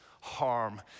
harm